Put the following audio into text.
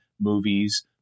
movies